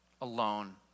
alone